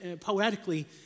poetically